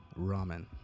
ramen